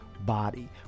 body